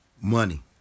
Money